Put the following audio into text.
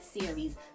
series